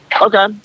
Okay